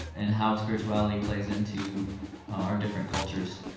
and how spirituality plays into our different cultures.